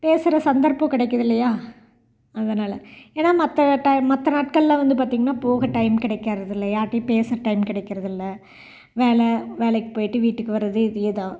பேசுகிற சந்தர்ப்பம் கிடைக்குதுல்லையா அதனால ஏன்னா மற்ற ட மற்ற நாட்களில் வந்து பார்த்தீங்கன்னா போக டைம் கிடைக்கறதுல்ல யார்டையும் பேச டைம் கிடைக்கறதுல்ல வேலை வேலைக்கு போய்விட்டு வீட்டுக்கு வரது இதே தான்